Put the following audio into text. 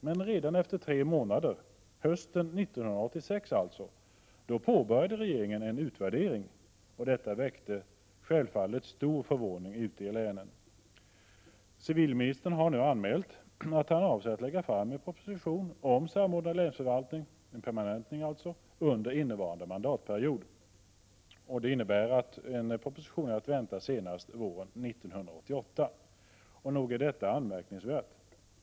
Men redan efter tre månader — hösten 1986 — påbörjade regeringen en utvärdering, och detta väckte självfallet stor förvåning ute i länen. Civilministern har nu anmält att han avser att lägga fram en proposition om samordnad länsförvaltning — alltså en permanentning — under innevarande mandatperiod. Det innebär att en proposition är att vänta senast våren 1988. Nog är detta anmärkningsvärt.